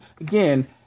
again